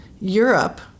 Europe